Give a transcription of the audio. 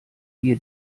wir